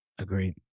Agreed